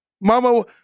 Mama